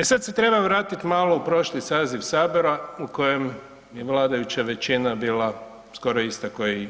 E sada se treba vratiti malo u prošli saziv Sabora u kojem je vladajuća većina bila skoro ista ko i